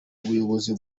bayobozi